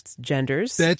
genders